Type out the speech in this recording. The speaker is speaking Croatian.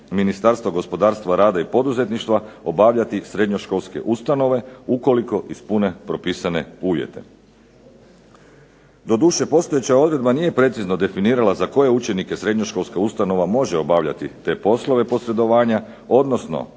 Ministarstva gospodarstva, rada i poduzetništva obavljati srednjoškolske ustanove ukoliko ispune propisane uvjete. Doduše, postojeća odredba nije precizno definirala za koje učenike srednjoškolskih ustanova može obavljati ti poslove posredovanja, odnosno